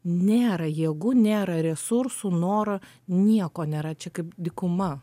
nėra jėgų nėra resursų noro nieko nėra čia kaip dykuma